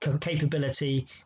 capability